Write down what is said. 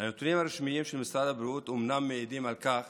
הנתונים הרשמיים של משרד הבריאות אומנם מעידים על כך